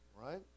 Right